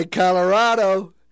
Colorado